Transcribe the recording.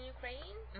Ukraine